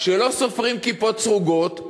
שלא סופרים כיפות סרוגות,